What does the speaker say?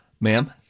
ma'am